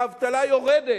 האבטלה יורדת,